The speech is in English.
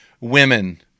women